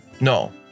No